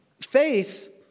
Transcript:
faith